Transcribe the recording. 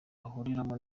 bahuriramo